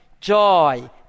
joy